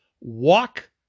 walk